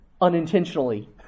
unintentionally